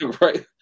Right